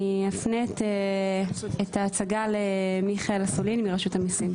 אני אפנה את ההצגה למיכאל אסולין מרשות המיסים.